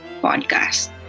podcast